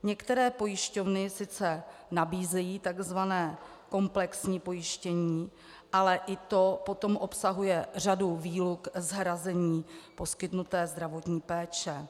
Některé pojišťovny sice nabízejí takzvané komplexní pojištění, ale i to potom obsahuje řadu výluk z hrazení poskytnuté zdravotní péče.